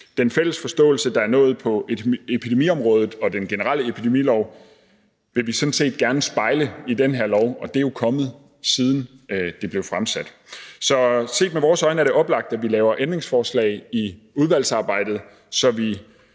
Den fælles forståelse, der er nået på epidemiområdet og i den generelle epidemilov, vil vi sådan set gerne spejle i den her lov, og det er jo kommet, siden det blev fremsat. Så set med vores øjne er det oplagt, at vi laver et ændringsforslag i udvalgsarbejdet, så vi